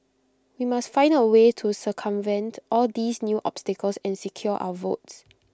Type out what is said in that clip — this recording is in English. we must find A way to circumvent all these new obstacles and secure our votes